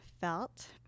felt